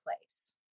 place